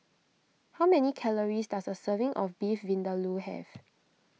how many calories does a serving of Beef Vindaloo have